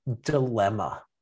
dilemma